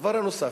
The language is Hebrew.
דבר נוסף,